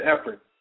effort